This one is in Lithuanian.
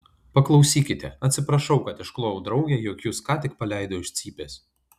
paklausykite atsiprašau kad išklojau draugei jog jus ką tik paleido iš cypės